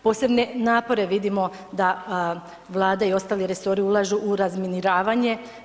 Posebne napore vidimo da Vlada i ostali resori ulažu u razminiravanje.